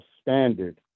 standard